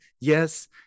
Yes